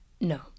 no